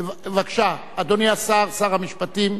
בבקשה, אדוני השר, שר המשפטים,